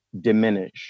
diminish